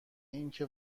اینکه